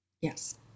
Yes